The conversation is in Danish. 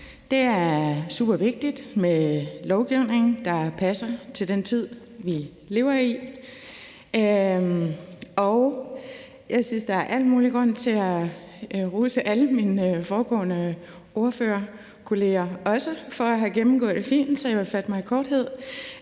Det er supervigtigt med lovgivning, der passer til den tid, vi lever i. Jeg synes, der er al mulig grund til at rose alle mine foregående ordførerkolleger for at have gennemgået det fint, så jeg vil fatte mig i korthed